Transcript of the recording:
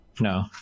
no